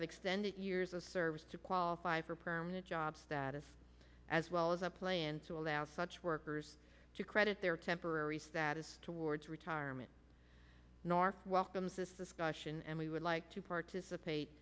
have extended years of service to qualify for permanent job status as well as a plan to allow such workers to credit their temporary status towards retirement nor welcomes this discussion and we would like to participate